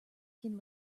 can